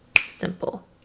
simple